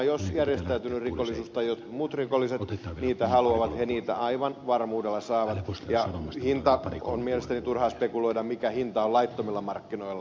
jos järjestäytynyt rikollisuus tai jotkut muut rikolliset niitä haluavat he niitä aivan varmuudella saavat ja hintaa on mielestäni turha spekuloida mikä hinta on laittomilla markkinoilla